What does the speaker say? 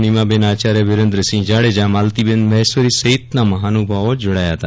નીમાબેન આચાર્ય વિરેન્દ્રસિંફ જાડેજા માલતીબેન મહેશ્વરી સફિતના આગેવાનો જોડાયા હતા